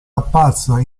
apparsa